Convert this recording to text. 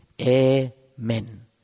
Amen